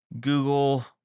Google